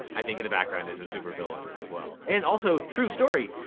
i think, in the background, is a super villain as well. and also, true story,